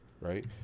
Right